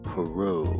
Peru